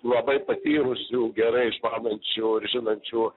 labai patyrusių gerai išmanančių ir žinančių